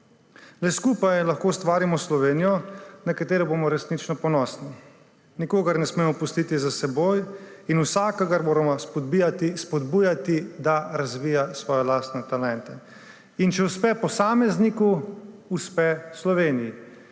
Le skupaj lahko ustvarimo Slovenijo, na katero bomo resnično ponosni. Nikogar ne smemo pustiti za seboj in vsakogar moramo spodbujati, da razvija svoje lastne talente. Če uspe posamezniku, uspe Sloveniji.